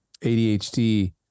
ADHD